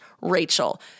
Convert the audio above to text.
Rachel